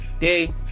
day